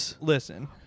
listen